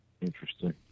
Interesting